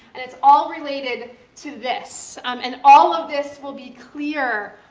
and it's all related to this. and all of this will be clear,